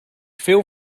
féu